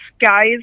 guys